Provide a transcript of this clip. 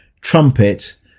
Trumpet